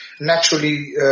naturally